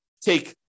take